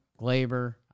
Glaber